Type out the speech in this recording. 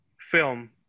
film